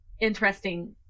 interesting